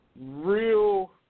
Real